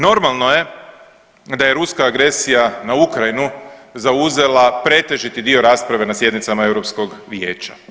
Normalno je da je ruska agresija na Ukrajinu zauzela pretežiti dio rasprave na sjednicama Europskog vijeća.